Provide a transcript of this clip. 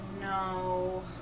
no